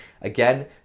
Again